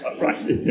Right